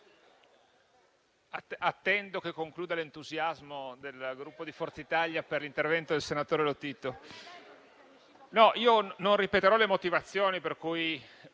Attendo che finisca l'entusiasmo del Gruppo Forza Italia per l'intervento del senatore Lotito.